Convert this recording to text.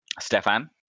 Stefan